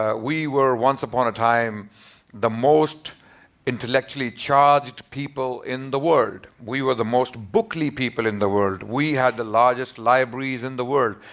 ah we were once upon a time the most intellectually charged people in the world. we were the most bookly people in the world. we had the largest libraries in the world.